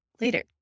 later